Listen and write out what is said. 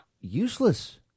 useless